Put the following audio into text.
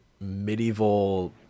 medieval